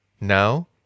Now